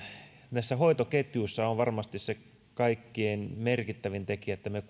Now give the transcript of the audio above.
näissä hoitoketjuissa on varmasti kaikkein merkittävin tekijä se että me